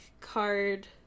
card